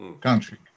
country